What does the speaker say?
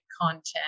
content